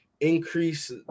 increase